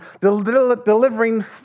delivering